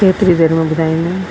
केतिरी देर में ॿुधाईन्दीअ